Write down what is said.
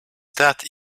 that